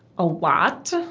a what?